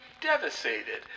devastated